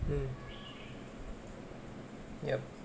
mm yup